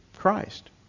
christ